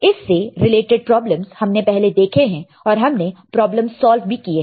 इस से related problems हमने पहले देखे हैं और हमने प्रॉब्लमस सॉल्व भी किए हैं